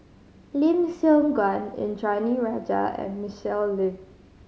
Lim Siong Guan Indranee Rajah and Michelle Lim